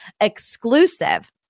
exclusive